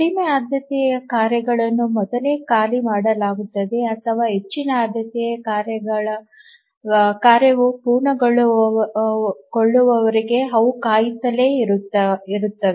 ಕಡಿಮೆ ಆದ್ಯತೆಯ ಕಾರ್ಯಗಳನ್ನು ಮೊದಲೇ ಖಾಲಿ ಮಾಡಲಾಗುತ್ತದೆ ಅಥವಾ ಹೆಚ್ಚಿನ ಆದ್ಯತೆಯ ಕಾರ್ಯವು ಪೂರ್ಣಗೊಳ್ಳುವವರೆಗೆ ಅವು ಕಾಯುತ್ತಲೇ ಇರುತ್ತವೆ